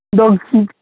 दो